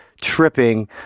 tripping